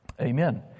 Amen